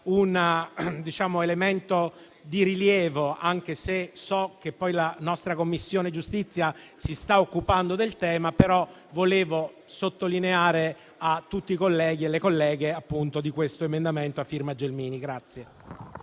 un elemento di rilievo, anche se so che la nostra Commissione giustizia si sta occupando del tema. Volevo sottolineare a tutti i colleghi e alle colleghe questo emendamento a firma Gelmini.